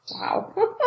Wow